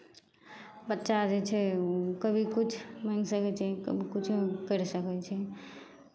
बच्चा जे छै ओ कभी किछु माङ्गि सकै छै कभी किछु करि सकै छै